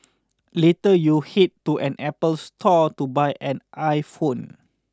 later you head to an Apple store to buy an iPhone